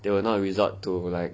they will not resort to like